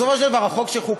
בסופו של דבר החוק שחוקק